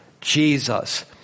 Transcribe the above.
Jesus